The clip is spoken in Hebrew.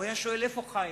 הוא היה שואל: איפה חיים?